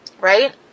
right